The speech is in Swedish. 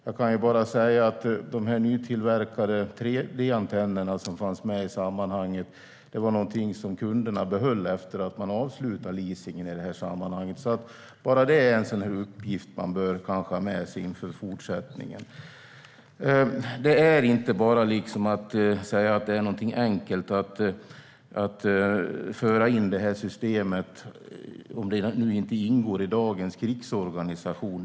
Jag kan bara säga att de här nytillverkade 3D-antennerna som fanns med var någonting som kunderna behöll efter att man avslutade leasingen, så bara det är en uppgift som man bör ha med sig inför fortsättningen. Det här systemet ingår inte i dagens krigsorganisation. Därför är det inte bara att säga att det är någonting som man enkelt kan föra in.